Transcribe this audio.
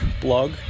blog